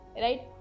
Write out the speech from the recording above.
right